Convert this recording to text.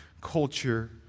culture